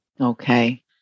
Okay